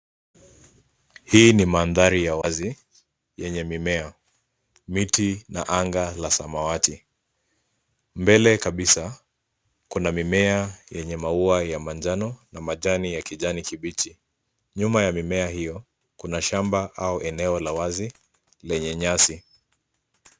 Hii ni mandhari ya wazi yenye mimea; miti na anga la samawati. Mbele kabisa kuna mimea yenye maua ya manjano na majani ya kijani kibichi. Nyuma ya mimea hiyo, kuna shamba au eneo la wazi lenye nyasi.